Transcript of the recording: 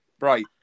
Right